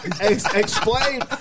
Explain